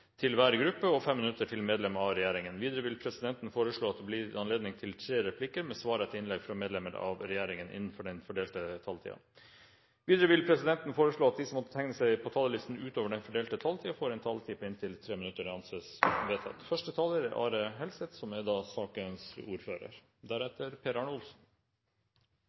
til hver gruppe og 5 minutter til medlem av regjeringen. Videre vil presidenten foreslå at det blir gitt anledning til seks replikker med svar etter innlegg fra medlemmer av regjeringen innenfor den fordelte taletid. Videre vil presidenten foreslå at de som måtte tegne seg på talerlisten utover den fordelte taletid, får en taletid på inntil 3 minutter. – Det anses vedtatt. En av vår tids største kriser er matkrisen. Det er